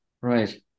Right